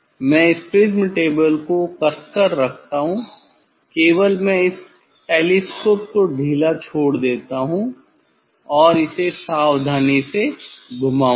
मैं इसे prism table को कस कर रखता हूं केवल मैं इस टेलीस्कोप को ढीला छोड़ देता हूँ और इसे सावधानी से घुमाऊंगा